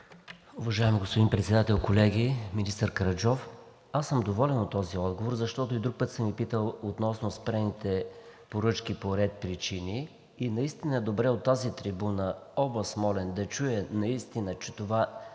Уважаеми господин Председател, колеги! Министър Караджов, аз съм доволен от този отговор, защото и друг път съм Ви питал относно спрените поръчки по ред причини и наистина е добре от тази трибуна област Смолян да чуе наистина, че не е